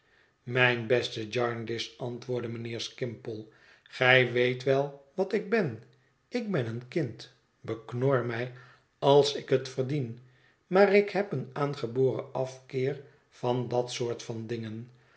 mijn beste jarndyce antwoordde mijnheer skimpole gij weet wel wat ik ben ik bén een kind beknor mij als ik het verdien maar ik heb een aangeboren afkeer van dat soort van dingen